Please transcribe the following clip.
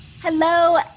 Hello